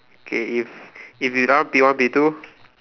okay if if you don't want P one P two